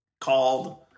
called